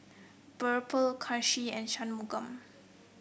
BirbaL Kanshi and Shunmugam